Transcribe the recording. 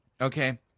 okay